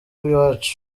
iwacu